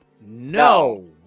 No